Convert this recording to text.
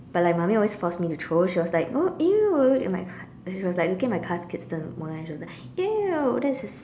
but like mummy always force me to throw she was like oh !eww! look at my she was like looking at my Cath Kidston wallet and she was like !eww! that's dis~